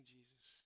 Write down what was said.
Jesus